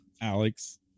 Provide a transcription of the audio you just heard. Alex